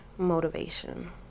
motivation